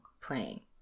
playing